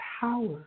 power